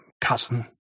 cousin